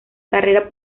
carrera